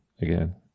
again